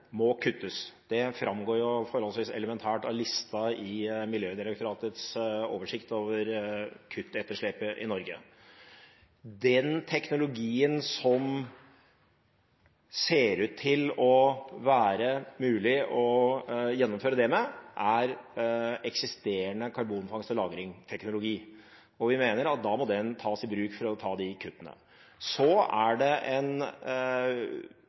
må kuttes. Det framgår forholdsvis elementært av lista i Miljødirektoratets oversikt over kuttetterslepet i Norge. Den teknologien som ser ut til å være mulig å gjennomføre dette med, er eksisterende karbonfangst- og lagringsteknologi. Vi mener at den må tas i bruk for å ta de kuttene. Så er det en